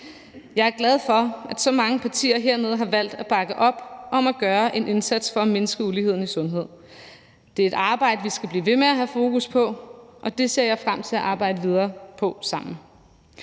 Jeg er glad for, at så mange partier herinde har valgt at bakke op om at gøre en indsats for at mindske uligheden i sundhed. Det er et arbejde, vi skal blive ved med at have fokus på, og jeg ser frem til at arbejde videre med det sammen.